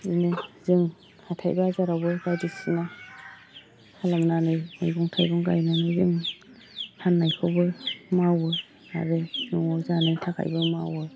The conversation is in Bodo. बिदिनो जों हाथाय बाजारावबो बायदिसिना खालामनानै मैगं थाइगं गायनानै जों फाननायखौबो मावो आरो न'आव जानो थाखायबो मावो